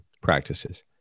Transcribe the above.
practices